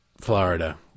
Florida